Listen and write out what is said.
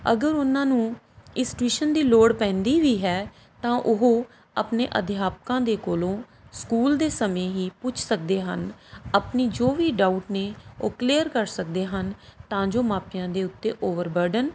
ਅਗਰ ਉਨ੍ਹਾਂ ਨੂੰ ਇਸ ਟਿਊਸ਼ਨ ਦੀ ਲੋੜ ਪੈਂਦੀ ਵੀ ਹੈ ਤਾਂ ਉਹ ਆਪਣੇ ਅਧਿਆਪਕਾਂ ਦੇ ਕੋਲੋਂ ਸਕੂਲ ਦੇ ਸਮੇਂ ਹੀ ਪੁੱਛ ਸਕਦੇ ਹਨ ਆਪਣੇ ਜੋ ਵੀ ਡਾਊਟ ਨੇ ਉਹ ਕਲੀਅਰ ਕਰ ਸਕਦੇ ਹਨ ਤਾਂ ਜੋ ਮਾਪਿਆਂ ਦੇ ਉੱਤੇ ਓਵਰ ਬਰਡਨ